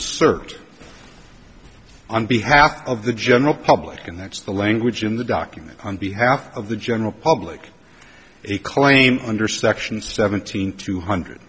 assert on behalf of the general public and that's the language in the document on behalf of the general public a claim under section seventeen two hundred